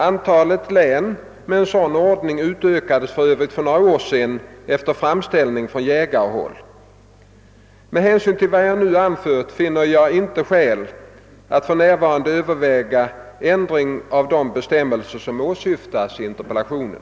Antalet län med en sådan ordning utökades för övrigt för några år sedan efter framställning från jägarhåll. Med hänsyn till vad jag nu anfört finner jag inte skäl att för närvarande överväga ändring av de bestämmelser som åsyftas i interpellationen.